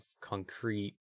concrete